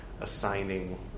assigning